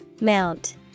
Mount